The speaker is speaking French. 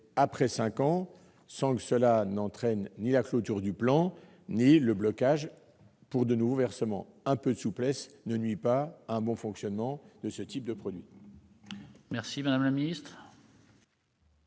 de cinq ans, sans que cela entraîne la clôture du plan ou le blocage de nouveaux versements. Un peu de souplesse ne nuit pas au bon fonctionnement de ce type de produits ! La commission